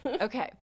Okay